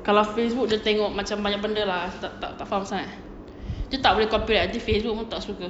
kalau facebook dia tengok macam banyak benda lah tak tak faham sangat dia tak boleh copyright nanti facebook pun tak suka